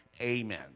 amen